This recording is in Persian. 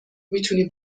میتونی